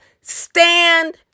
Stand